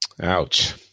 ouch